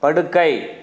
படுக்கை